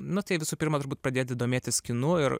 nu tai visų pirma turbūt pradėti domėtis kinu ir